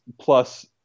plus